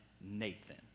Nathan